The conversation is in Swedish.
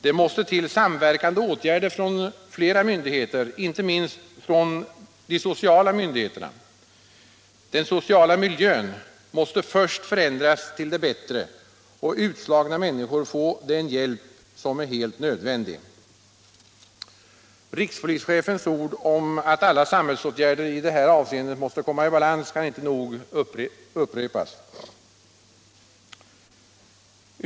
Det måste till samverkande åtgärder från flera myndigheter — inte minst från de sociala myndigheterna. Den sociala miljön måste först ändras till det bättre och utslagna människor få den hjälp som är helt nödvändig. Rikspolischefens ord att alla samhällsåtgärder i det här avseendet måste komma i balans kan inte nog ofta upprepas.